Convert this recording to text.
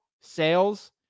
sales